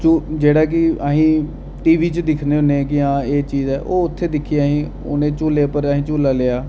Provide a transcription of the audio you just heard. तो जेह्ड़ा कि अस टीवी च दिक्खने होन्ने आं कि हां एह् चीज ऐ ओह् उत्थै दिक्खी असें उ'नें झूलें उप्पर असें झूला लेआ